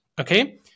Okay